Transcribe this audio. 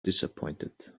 disappointed